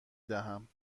دهم